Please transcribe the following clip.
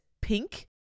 pink